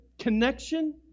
connection